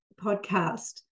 podcast